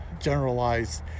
generalized